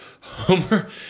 Homer